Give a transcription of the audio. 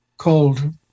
Called